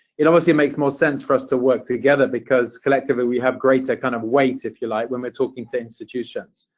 it obviously makes more sense for us to work together, because collectively we have greater kind of weight, if you like, when we're talking to institutions.